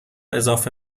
اضافه